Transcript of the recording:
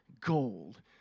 gold